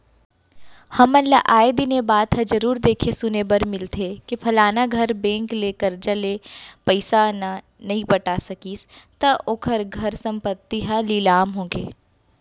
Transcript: हमन ल आय दिन ए बात ह जरुर देखे सुने बर मिलथे के फलाना घर बेंक ले करजा ले पइसा न नइ पटा सकिस त ओखर संपत्ति ह लिलाम होगे